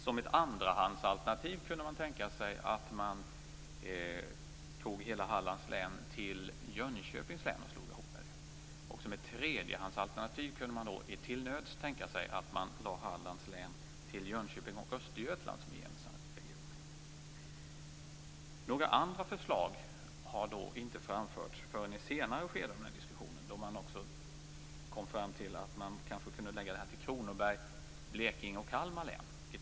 Som ett andrahandsalternativ kunde man tänka sig att hela Hallands län slogs ihop med Jönköpings län, och som ett tredjehandsalternativ kunde man till nöds tänka sig att Hallands län, Jönköping och Östergötland fick utgöra en region. Några andra förslag har inte framförts förrän i ett senare skede av diskussionen, då man kom fram till att Halland kunde slås ihop med Kronoberg, Blekinge och Kalmar län.